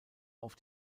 auf